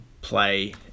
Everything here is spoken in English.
play